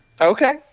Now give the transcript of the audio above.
Okay